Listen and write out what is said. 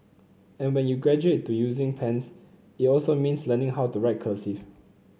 and when you graduate to using pens it also means learning how to write cursive